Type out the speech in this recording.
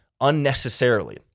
unnecessarily